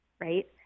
Right